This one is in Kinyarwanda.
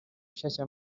rushyashya